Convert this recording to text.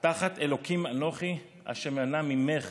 "התחת ה' אנכי אשר מנע ממך